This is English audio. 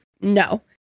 No